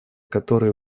которые